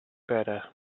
better